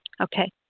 Okay